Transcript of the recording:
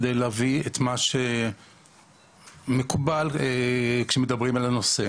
כדי להביא את מה שמקובל כשמדברים על הנושא.